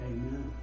Amen